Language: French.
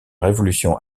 révolution